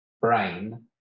brain